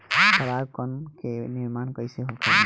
पराग कण क निर्माण कइसे होखेला?